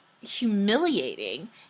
humiliating